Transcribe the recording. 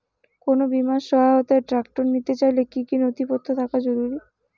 কোন বিমার সহায়তায় ট্রাক্টর নিতে চাইলে কী কী নথিপত্র থাকা জরুরি?